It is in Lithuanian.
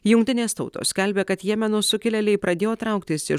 jungtinės tautos skelbia kad jemeno sukilėliai pradėjo trauktis iš